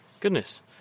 Goodness